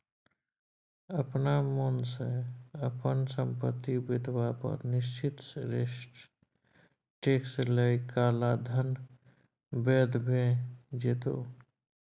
अपना मोनसँ अपन संपत्ति बतेबा पर निश्चित रेटसँ टैक्स लए काला धन बैद्य भ जेतै